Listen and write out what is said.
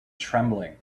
trembling